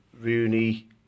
Rooney